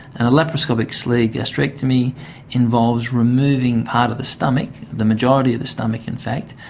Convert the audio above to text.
and a laparoscopic sleeve gastrectomy involves removing part of the stomach, the majority of the stomach in fact,